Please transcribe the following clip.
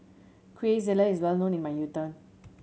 quesadillas is well known in my